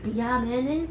ya man then